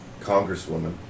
congresswoman